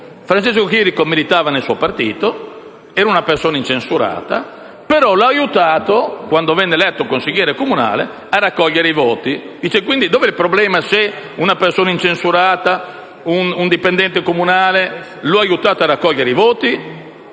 Francesco Chirico militava nel suo partito, era una persona incensurata, ma lo ha aiutato, quando venne eletto consigliere comunale, a raccogliere i voti. Dov'è il problema, se una persona incensurata, un dipendente comunale, lo ha aiutato a raccogliere i voti?